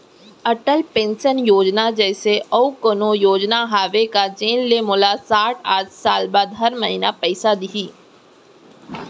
Atal pension योजना जइसे अऊ कोनो योजना हावे का जेन ले मोला साठ साल बाद हर महीना पइसा दिही?